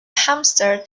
hamster